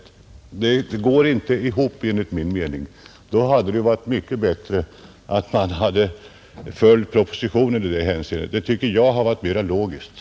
Det går enligt min mening inte ihop. Det hade varit mycket bättre och mera logiskt att i det hänseendet följa propositionen.